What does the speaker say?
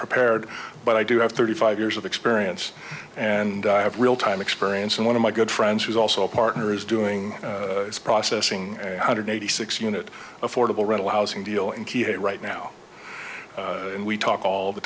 prepared but i do have thirty five years of experience and i have real time experience and one of my good friends who's also a partner is doing processing a hundred eighty six unit affordable rental housing deal and keep it right now and we talk all the